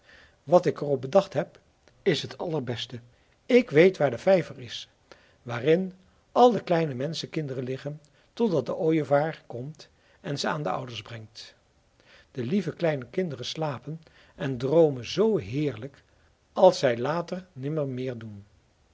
wat ik er op bedacht heb is het allerbeste ik weet waar de vijver is waarin al de kleine menschenkinderen liggen totdat de ooievaar komt en ze aan de ouders brengt de lieve kleine kinderen slapen en droomen zoo heerlijk als zij later nimmer meer doen